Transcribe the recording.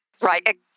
Right